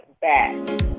back